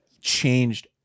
changed